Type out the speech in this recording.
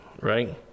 Right